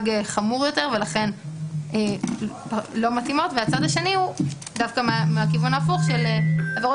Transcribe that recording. חמור יותר ולכן לא מתאימות והצד השני הוא דווקא מהכיוון ההפוך של עבירות